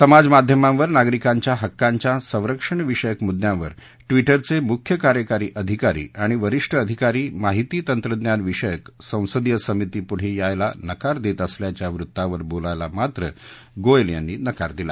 समाज माध्यमांवर नागरिकांच्या हक्कांच्या संरक्षणविषयक मुद्यांवर ट्विटरचे मुख्य कार्यकारी अधिकारी आणि वरीष्ठ अधिकारी माहिती तंत्रज्ञान विषयक संसदीय समितीपुढे यायला नकार देत असल्याच्या वृत्तावर बोलायला मात्र गोयल यांनी नकार दिला